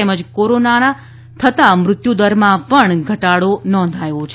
તેમજ કોરોના થતાં મૃત્યુદરમાં પમ ઘટાડો નોંધાયો છે